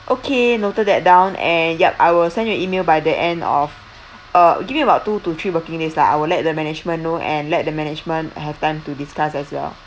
okay noted that down and yup I will send you an email by the end of uh give me about two to three working days lah I will let the management know and let the management have time to discuss as well